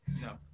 No